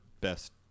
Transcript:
best